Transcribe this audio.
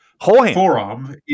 forearm